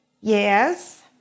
yes